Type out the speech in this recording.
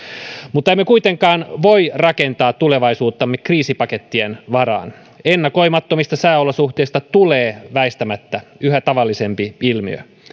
mutta emme kuitenkaan voi rakentaa tulevaisuuttamme kriisipakettien varaan ennakoimattomista sääolosuhteista tulee väistämättä yhä tavallisempi ilmiö